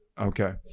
Okay